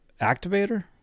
activator